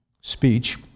speech